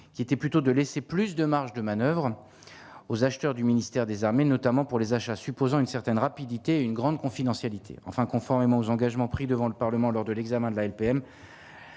qui était plutôt de laisser plus de marge de manoeuvre aux acheteurs du ministère des armées, notamment pour les achats supposant une certaine rapidité une grande confidentialité enfin conformément aux engagements pris devant le Parlement lors de l'examen de la LPM,